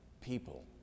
people